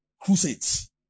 crusades